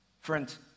friends